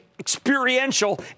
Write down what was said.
Experiential